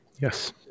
Yes